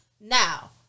Now